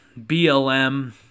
BLM